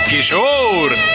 Kishore